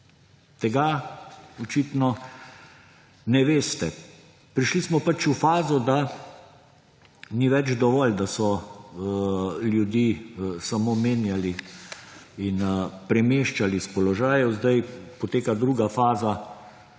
Tega očitno ne veste. Prišli smo pač v fazo, da ni več dovolj, da so ljudi samo menjali in premeščali s položajev, zdaj poteka druga faza,